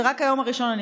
זה רק היום הראשון,